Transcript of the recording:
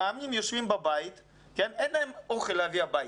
המאמנים יושבים בבית, אין להם אוכל להביא הביתה,